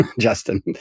Justin